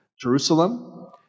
Jerusalem